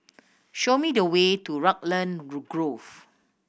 show me the way to Raglan Grove